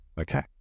Okay